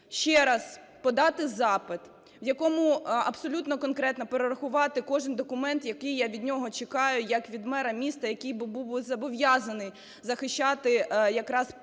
ще раз подати запит, в якому абсолютно конкретно перерахувати кожен документ, який я від нього чекаю як від мера міста, який би був зобов'язаний захищати якраз права